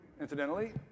incidentally